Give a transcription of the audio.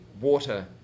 Water